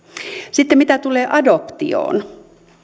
sitten mitä tulee adoptioon